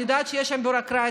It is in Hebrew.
אני יודעת שיש ביורוקרטיה,